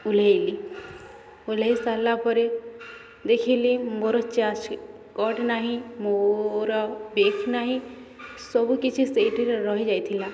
ଓଲ୍ହେଇଲି ଓଲ୍ହେଇ ସାରିଲା ପରେ ଦେଖିଲି ମୋର ଚାର୍ଜ କର୍ଡ଼୍ ନାହିଁ ମୋର ବେଗ୍ ନାହିଁ ସବୁକିଛି ସେଇଠାରେ ରହିଯାଇଥିଲା